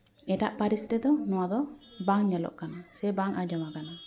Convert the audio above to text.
ᱮᱴᱟᱜ ᱯᱟᱹᱨᱤᱥ ᱨᱮᱫᱚ ᱱᱚᱣᱟ ᱫᱚ ᱵᱟᱝ ᱧᱮᱞᱚᱜ ᱠᱟᱱᱟ ᱥᱮ ᱵᱟᱝ ᱟᱸᱡᱚᱢᱟᱠᱟᱱᱟ